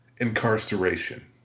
incarceration